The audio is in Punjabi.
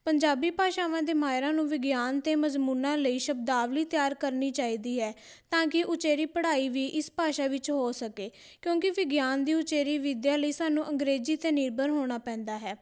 ਪੰਜਾਬੀ ਭਾਸ਼ਾਵਾਂ ਦੇ ਮਾਹਿਰਾਂ ਨੂੰ ਵਿਗਿਆਨ 'ਤੇ ਮਜ਼ਮੂਨਾਂ ਲਈ ਸ਼ਬਦਾਵਲੀ ਤਿਆਰ ਕਰਨੀ ਚਾਹੀਦੀ ਹੈ ਤਾਂ ਕਿ ਉਚੇਰੀ ਪੜ੍ਹਾਈ ਵੀ ਇਸ ਭਾਸ਼ਾ ਵਿੱਚ ਹੋ ਸਕੇ ਕਿਉਂਕਿ ਵਿਗਿਆਨ ਦੀ ਉਚੇਰੀ ਵਿੱਦਿਆ ਲਈ ਸਾਨੂੰ ਅੰਗਰੇਜ਼ੀ 'ਤੇ ਨਿਰਭਰ ਹੋਣਾ ਪੈਂਦਾ ਹੈ